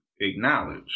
acknowledge